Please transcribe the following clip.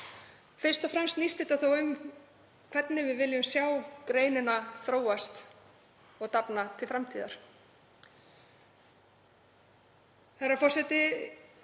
Fyrst og fremst snýst þetta þó um hvernig við viljum sjá greinina þróast og dafna til framtíðar.